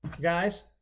Guys